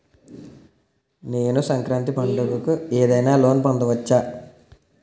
నేను సంక్రాంతి పండగ కు ఏదైనా లోన్ పొందవచ్చా?